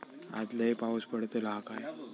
आज लय पाऊस पडतलो हा काय?